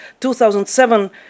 2007